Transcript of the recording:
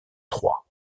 troyes